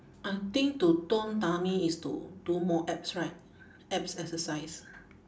I think to tone tummy is to do more abs right abs exercise